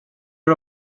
are